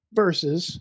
versus